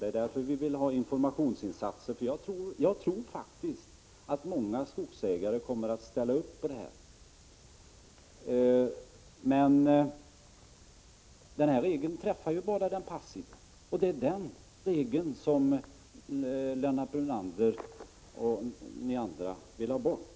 Det är därför vi vill ha informationsinsatser, och jag tror faktiskt att många skogsägare kommer att ställa upp på att avverka. Den här regeln vill Brunander och andra ha bort.